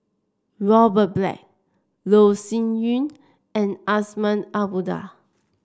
Robert Black Loh Sin Yun and Azman Abdullah